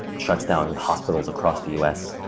shuts down hospitals across the us,